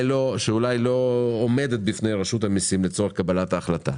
לא עומדת בפני רשות המיסים לצורך קבלת ההחלטה,